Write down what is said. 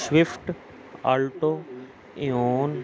swift alto eon